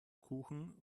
kuchen